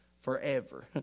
forever